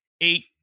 eight